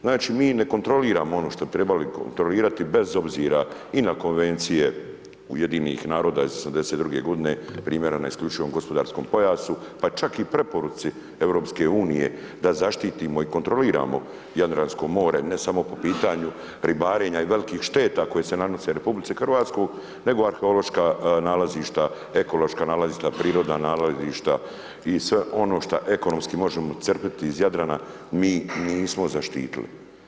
Znači mi ne kontroliramo ono što bi trebali kontrolirati bez obzira i na konvencije UN-a iz 1972. godine primjerena isključivom gospodarskom pojasu, pa čak i preporuci EU da zaštitimo i kontroliramo Jadransko more ne samo po pitanju ribarenja i velikih šteta koje se nanose RH nego arheološka nalazišta, ekološka nalazišta, prirodna nalazišta i sve ono šta ekološki možemo crpiti iz Jadrana mi nismo zaštitili.